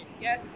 Yes